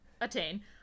attain